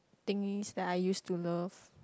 things that I used to love